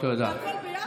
והכול ביחד.